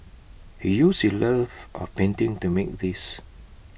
he used his love of painting to make these